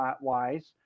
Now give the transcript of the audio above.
wise